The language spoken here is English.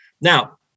Now